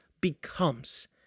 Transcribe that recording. becomes